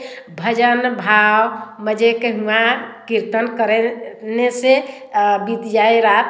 भजन भाव मज़े के वहाँ कीर्तन करे ने से बीत जाए रात